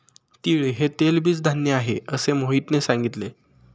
तीळ हे तेलबीज धान्य आहे, असे मोहितने सांगितले